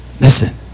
Listen